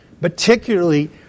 particularly